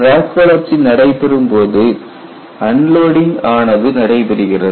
crack வளர்ச்சி நடைபெறும் போது அன்லோடிங் ஆனது நடைபெறுகிறது